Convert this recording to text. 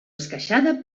esqueixada